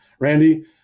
Randy